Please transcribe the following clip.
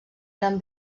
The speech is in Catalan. gran